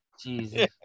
Jesus